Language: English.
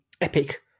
epic